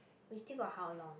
we still got how long